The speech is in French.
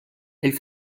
elle